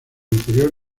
interior